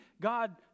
God